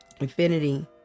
Infinity